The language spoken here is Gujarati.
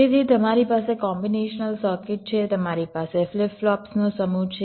તેથી તમારી પાસે કોમ્બિનેશનલ સર્કિટ છે તમારી પાસે ફ્લિપ ફ્લોપ્સ નો સમૂહ છે